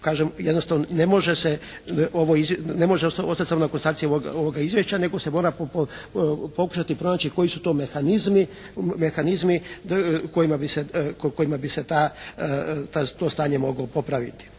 jednostavno ne može se ostati samo na konstataciji ovoga izvješća nego se mora pokušati pronaći koji su to mehanizmi kojima bi se to stanje moglo popraviti.